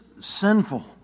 sinful